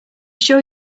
sure